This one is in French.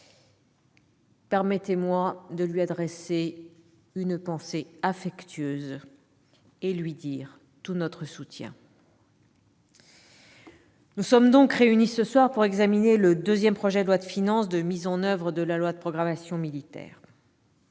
Permettez-moi de lui adresser une pensée affectueuse et de lui exprimer tout notre soutien. Nous sommes réunis ce soir pour examiner le deuxième projet de loi de finances de mise en oeuvre de la loi de programmation militaire.